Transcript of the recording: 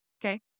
okay